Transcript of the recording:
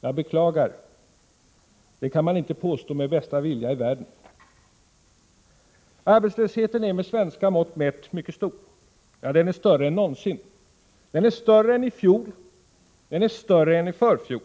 Jag beklagar. Det kan man inte påstå med bästa vilja i världen. Arbetslösheten är med svenska mått mätt mycket stor. Ja, den är större än någonsin. Den är större än i fjol, och den är större än i förfjol.